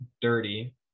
dirty